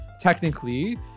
technically